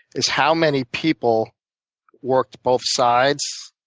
is how many people worked both sides